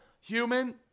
human